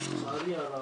לצערי הרב,